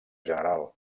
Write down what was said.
general